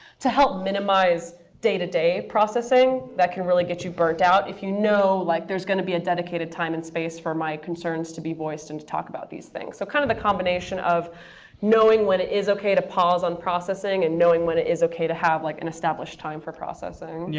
to help minimize day-to-day processing that can really get you burnt out, if you know like there's going to be a dedicated time and space for my concerns to be voiced and to talk about these things. so kind of a combination of knowing when it is ok to pause on processing and knowing when it is ok to have like an established time for processing. emily matlack yeah,